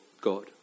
God